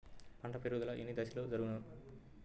పంట పెరుగుదల ఎన్ని దశలలో జరుగును?